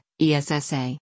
ESSA